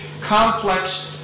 complex